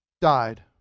died